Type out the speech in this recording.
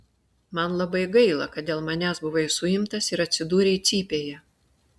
man labai gaila kad dėl manęs buvai suimtas ir atsidūrei cypėje